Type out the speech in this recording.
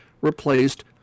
replaced